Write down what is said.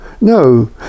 no